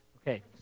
okay